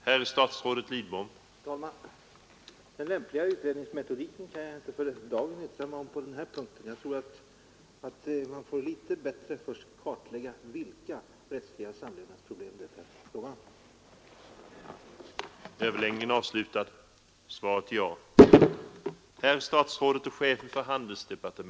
Herr talman! Den lämpliga utredningsmetodiken kan jag inte för dagen yttra mig om på den här punkten. Jag tror att man först litet bättre får kartlägga vilka rättsliga samlevnadsproblem det är fråga om.